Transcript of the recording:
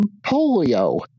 polio